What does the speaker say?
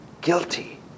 guilty